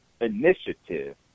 Initiative